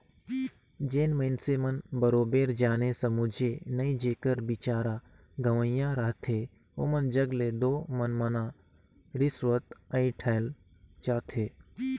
जेन मइनसे मन बरोबेर जाने समुझे नई जेकर बिचारा गंवइहां रहथे ओमन जग ले दो मनमना रिस्वत अंइठल जाथे